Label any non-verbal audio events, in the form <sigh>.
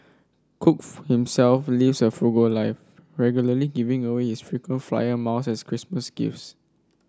cook himself lives a frugal life regularly giving away is frequent flyer <unintelligible> Christmas gifts